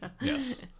Yes